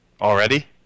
Already